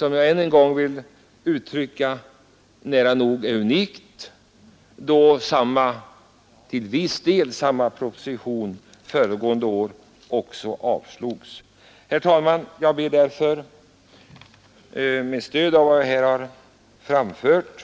Jag vill än en gång uttrycka min åsikt, att detta är nära nog unikt, då till viss del motsvarande proposition föregående år avslogs. Ett gott betyg för utskottets många ändringar av propositionen. Fru talman! Jag ber, med stöd av vad jag här har framfört,